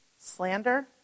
slander